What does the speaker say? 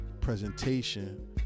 presentation